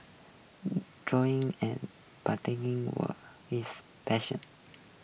drawing and were his passions